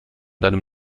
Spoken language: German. deinem